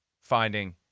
finding